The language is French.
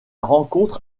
rencontre